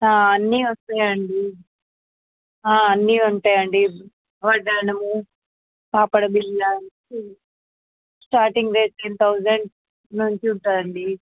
ఆ అన్నీ వస్తాయి అండి ఆ అన్నీ ఉంటాయి అండి వడ్డాణము పాపడిబిల్ల స్టార్టింగ్ రేట్ టెన్ థౌసండ్ నుంచి ఉంటాయి అండి